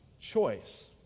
choice